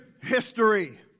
history